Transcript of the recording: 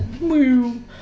woo